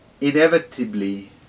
inevitably